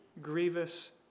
grievous